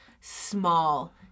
small